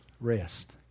rest